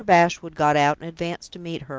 mr. bashwood got out and advanced to meet her.